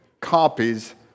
copies